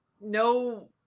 no